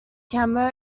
cameo